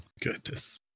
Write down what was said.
goodness